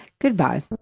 Goodbye